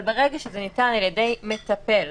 כל מערכת הבריאות וכל מערכת הרווחה פתוחות.